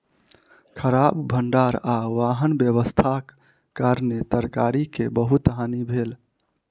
खराब भण्डार आ वाहन व्यवस्थाक कारणेँ तरकारी के बहुत हानि भेल